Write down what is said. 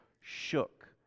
shook